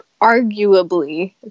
arguably